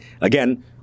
Again